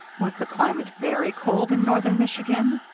was the climate very cold in northern michigan?